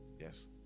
Yes